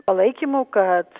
palaikymu kad